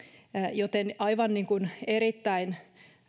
joten aivan niin kuin erittäin